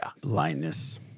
Blindness